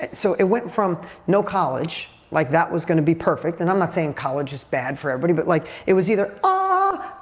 so it went from no college. like that was going to be perfect. and i'm not saying college is bad for everybody but like it was either, ah,